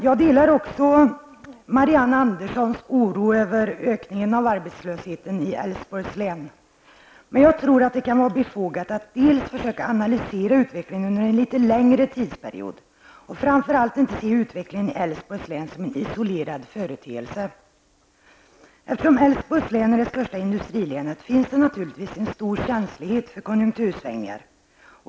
Jag delar också Marianne Anderssons oro över ökningen av arbetslösheten i Älvsborgs län, men jag tror att det kan vara befogat att försöka analysera utvecklingen under en litet längre tidsperiod och framför allt inte se utvecklingen i Älvsborgs län som en isolerad företeelse. Eftersom Älvsborgs län är det största industrilänet, finns det en stor känslighet för konjunktursvängningar.